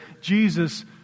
Jesus